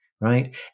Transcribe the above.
right